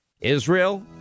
Israel